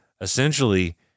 essentially